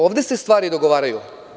Ovde se stvari dogovaraju.